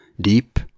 deep